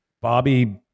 Bobby